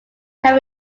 can